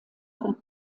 von